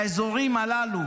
שהאזורים הללו,